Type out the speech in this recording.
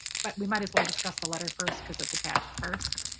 but we might as well. discuss the letter first because it's attached first